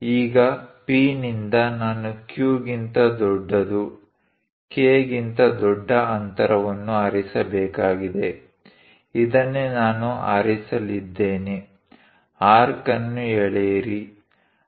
ಈಗ P ನಿಂದ ನಾನು Q ಗಿಂತ ದೊಡ್ಡದು K ಗಿಂತ ದೊಡ್ಡ ಅಂತರವನ್ನು ಆರಿಸಬೇಕಾಗಿದೆ ಇದನ್ನೇ ನಾನು ಆರಿಸಲಿದ್ದೇನೆ ಆರ್ಕ್ ಅನ್ನು ಎಳೆಯಿರಿ